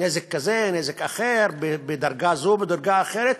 נזק כזה, נזק אחר, בדרגה זו או בדרגה אחרת.